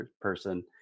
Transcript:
person